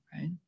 right